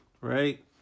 right